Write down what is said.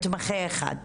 מתמחה אחד.